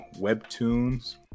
webtoons